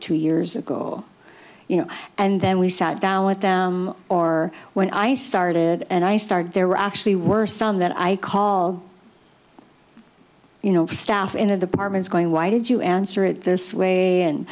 two years ago you know and then we sat down with them or when i started and i started there were actually were some that i call you know the staff in of the partners going why did you answer it this way and